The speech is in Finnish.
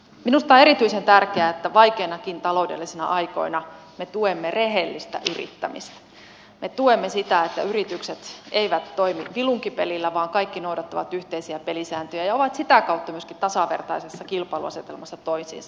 minusta on erityisen tärkeää että vaikeinakin taloudellisina aikoina me tuemme rehellistä yrittämistä me tuemme sitä että yritykset eivät toimi vilunkipelillä vaan kaikki noudattavat yhteisiä pelisääntöjä ja ovat sitä kautta myöskin tasavertaisessa kilpailuasetelmassa toisiinsa nähden